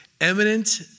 eminent